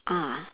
ah